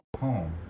home